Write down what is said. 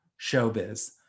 showbiz